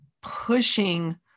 pushing